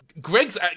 Greg's